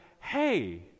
hey